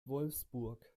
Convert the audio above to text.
wolfsburg